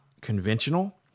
conventional